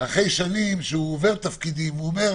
שנים עובר תפקידים הוא שואל